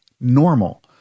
normal